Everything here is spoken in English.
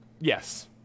Yes